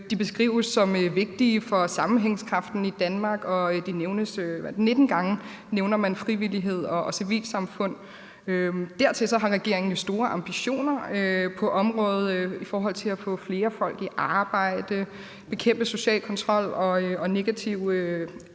De beskrives som vigtige for sammenhængskraften i Danmark, og 19 gange nævner man frivillighed og civilsamfund. Derudover har regeringen jo store ambitioner på området i forhold til at få flere folk i arbejde, bekæmpe social kontrol og æresrelaterede